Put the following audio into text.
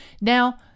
Now